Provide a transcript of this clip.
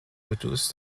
reduce